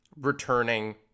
returning